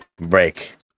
break